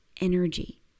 energy